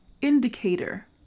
indicator